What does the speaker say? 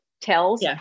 tells